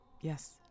Yes